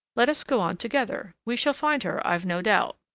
let us go on together we shall find her, i've no doubt.